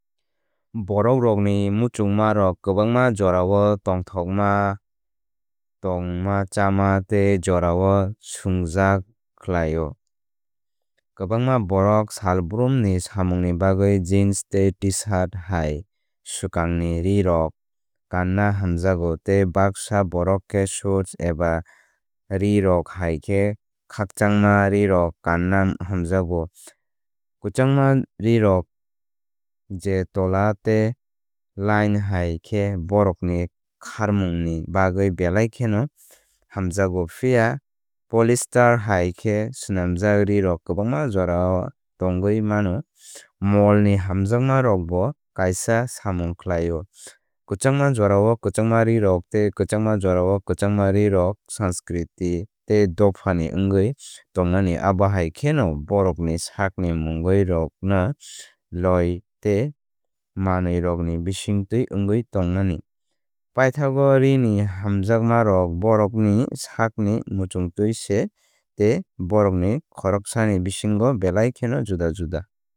Borok rokni muchungmarok kwbángma jorao tongthokma tongmachama tei jorao sungjak khlaio. Kwbangma borok salbrumni samungni bagwi jeans tei T shirt hai swkangni rírok kanna hamjago. Tei baksa borok khe soot eba rírok hai khe khakchangma rírok kanna hamjago. Kwchangma rírok je tola tei line hai khe bórokni khármungni bagwi belai kheno hamjakgo. Phiya polyester hai khe swnamjak rírok kwbángma jora tongwi mano. Mol ni hamjakma rokbo kaisa samung khlaio. Kwchangma jorao kwchangma rírok tei kwchangma jorao kwchangma rírok sanskriti tei dophani wngwi tongmani abo hai kheno borokni sakni mungwi roknw loi tei manwirokni bisingtwi wngwi tongmani. Paithago ríni hamjakmarok borokni sakni muchungtwi se tei borok khoroksani bisingo belai kheno juda juda.